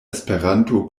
esperanto